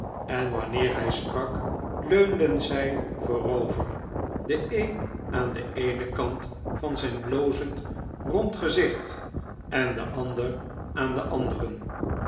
en wanneer hij sprak leunden zij voorover de een aan den eenen kant van zijn blozend rond gezicht en de ander aan den anderen